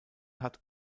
hat